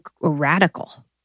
radical